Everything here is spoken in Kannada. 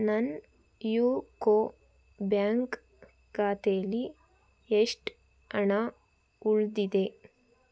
ನನ್ನ ಯುಕೋ ಬ್ಯಾಂಕ್ ಖಾತೆಯಲ್ಲಿ ಎಷ್ಟು ಹಣ ಉಳಿದಿದೆ